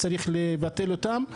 צריך לבטל אותן.